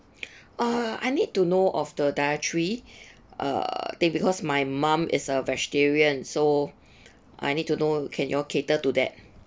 I need to know of the dietary uh thing because my mom is a vegetarian so I need to know can you all cater to that